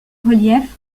relief